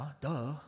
duh